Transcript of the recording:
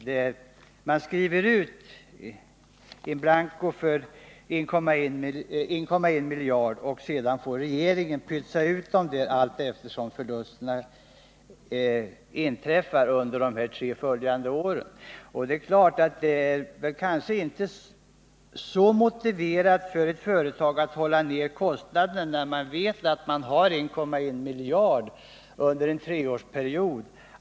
Det verkar vara någonting liknande berättelsen om Kejsarens nya kläder. Utskottet vill att man skriver ut 1,1 miljarder in blanko, och sedan får regeringen pytsa ut pengarna allteftersom förlusterna inträffar under de tre följande åren. Ett företag kanske inte blir tillräckligt motiverat att hålla ned kostnaderna när man vet att man har 1,1 miljarder att ta av under en treårsperiod.